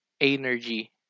Energy